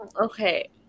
Okay